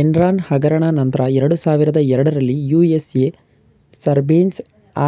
Enron ಹಗರಣ ನಂತ್ರ ಎರಡುಸಾವಿರದ ಎರಡರಲ್ಲಿ ಯು.ಎಸ್.ಎ ಸರ್ಬೇನ್ಸ್